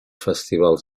festivals